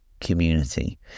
community